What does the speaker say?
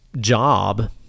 job